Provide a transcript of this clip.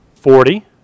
Forty